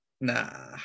Nah